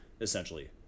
Essentially